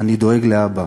אני דואג לאבא,